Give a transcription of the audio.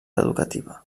educativa